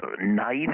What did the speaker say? night